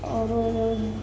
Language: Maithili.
आओरों